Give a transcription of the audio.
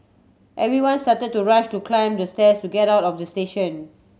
everyone started to rush to climb the stairs to get out of the station